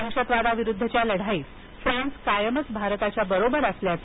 दहशतवादाविरुद्धच्या लढाईत फ्रांस कायमच भारताच्या बरोबर असल्याचं